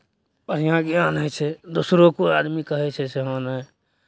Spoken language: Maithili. बढ़िआँ ज्ञान होइ छै दोसरो कोइ आदमी कहै छै से हँ नहि